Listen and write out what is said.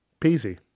Peasy